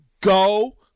Go